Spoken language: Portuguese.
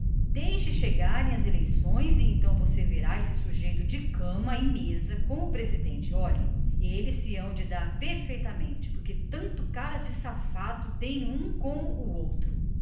pouco deixe chegarem as eleições e então você verá este sujeito de cama e mesa com o presidente olhe eles hão de dar-se perfeitamente porque tanto cara de safado tem um como o outro